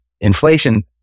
Inflation